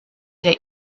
der